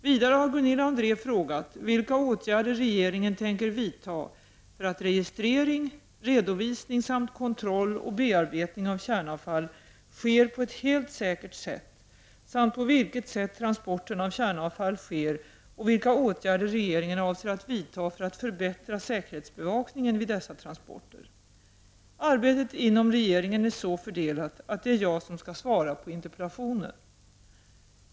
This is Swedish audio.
Vidare har Gunilla André frågat vilka åtgärder regeringen tänker vidta för att registrering, redovisning samt kontroll och bearbetning av kärnavfall sker på ett helt säkert sätt samt på vilket sätt transporterna av kärnavfall sker och vilka åtgärder regeringen avser att vidta för att förbättra säkerhetsbevakningen vid dessa transporter. Arbetet inom regeringen är så fördelat att det är jag som skall svara på interpellationen.